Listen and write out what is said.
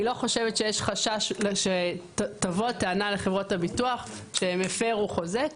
לא חושבת שיש חשש שתבוא טענה לחברות הביטוח שהם הפרו חוזה,